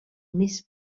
més